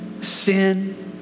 Sin